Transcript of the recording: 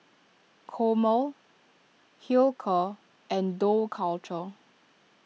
Chomel Hilker and Dough Culture